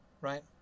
right